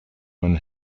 one